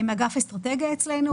מאגף אסטרטגיה אצלנו,